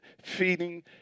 feeding